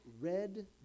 red